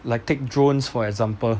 like take drones for example